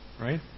Right